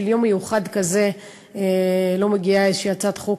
שביום מיוחד כזה לא מגיעה איזושהי הצעת חוק,